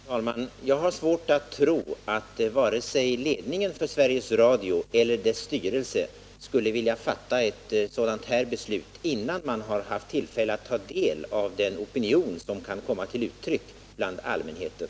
Herr talman! Jag har svårt att tro att vare sig ledningen för Sveriges Radio eller dess styrelse skulle vilja fatta ett sådant beslut innan man har haft tillfälle att ta del av den opinion som kan komma till uttryck bland allmänheten.